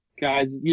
guys